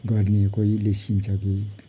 गर्ने कोही निस्किन्छ कि